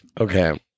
Okay